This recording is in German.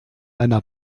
einer